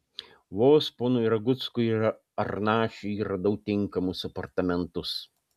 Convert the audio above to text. vos ponui raguckui ir arnašiui radau tinkamus apartamentus